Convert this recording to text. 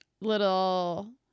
little